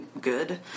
good